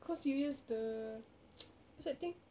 cause you use the what's that thing